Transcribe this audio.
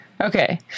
Okay